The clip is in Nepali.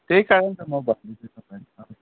त्यही कारण त म भन्दैछु तपाईँलाई